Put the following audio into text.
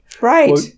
right